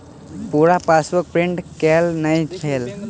पूरा passbook print केल नहि भेल